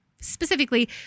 specifically